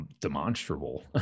demonstrable